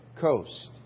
coast